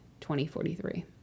2043